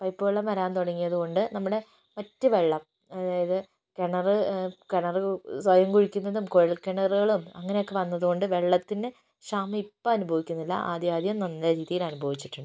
പൈപ്പുവെള്ളം വരാൻ തുടങ്ങിയതുകൊണ്ട് നമ്മുടെ മറ്റു വെള്ളം അതായത് കിണർ കിണർ സ്വയം കുഴിക്കുന്നതും കുഴൽക്കിണറുകളും അങ്ങനെയൊക്കെ വന്നതുകൊണ്ട് വെള്ളത്തിന് ക്ഷാമം ഇപ്പം അനുഭവിക്കുന്നില്ല ആദ്യം ആദ്യം നല്ല രീതിയിൽ അനുഭവിച്ചിട്ടുണ്ട്